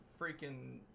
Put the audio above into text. freaking